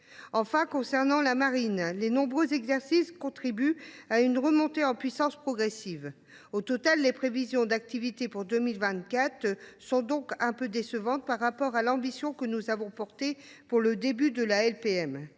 qui concerne la marine, les nombreux exercices contribuent à une remontée en puissance progressive. Au total, les prévisions d’activité pour 2024 sont donc un peu décevantes par rapport à l’ambition que nous avons nourrie pour le début de la LPM.